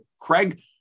Craig